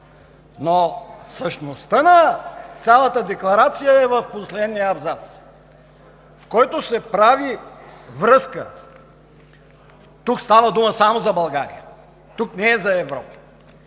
Но същността на цялата декларация е в последния абзац, в който се прави връзка – тук става дума само за България, тук не е за Европа